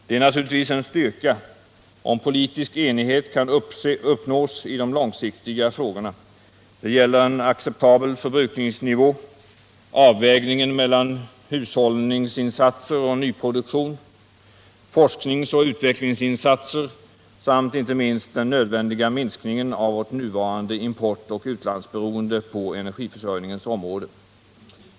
Det är naturligtvis en styrka om politisk enighet kan uppnås i de långsiktiga frågorna. Det gäller en acceptabel förbrukningsnivå, avvägningen mellan hushållningsinsatser och nyproduktion, forskningsoch utvecklingsinsatser samt inte minst den nödvändiga minskningen av vårt nuvarande importoch utlandsberoende på energiförsörjningens område.